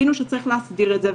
הבינו שצריך להסדיר את זה,